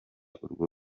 urwo